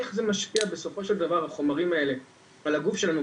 איך זה משפיע בסופו של דבר החומרים האלה על הגוף שלנו,